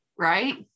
right